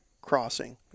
crossing